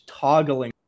toggling